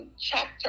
chapter